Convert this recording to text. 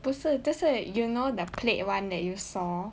不是 that's why you know the plaid one that you saw